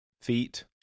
feet